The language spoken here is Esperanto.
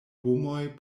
homoj